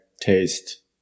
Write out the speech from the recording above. taste